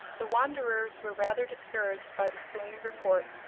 the wanders were rather discouraged by this gloomy report,